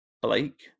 Blake